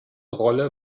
rolle